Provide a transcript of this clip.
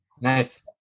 nice